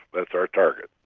that's our target.